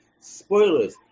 spoilers